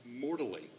mortally